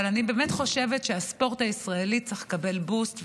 אבל אני באמת חושבת שהספורט הישראלי צריך לקבל בוסט.